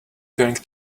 going